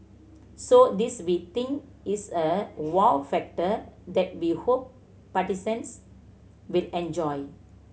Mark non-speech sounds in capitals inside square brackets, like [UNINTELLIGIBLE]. so this we think is a wow factor that we hope [UNINTELLIGIBLE] will enjoy